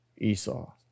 Esau